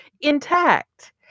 intact